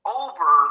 over